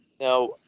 Now